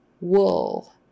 Wool